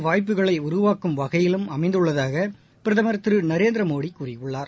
வாய்ப்புகளை உருவாக்கும் வகையிலும் அமைந்துள்ளதாக பிரதமர் திரு நரேந்திரமோடி கூறியுள்ளார்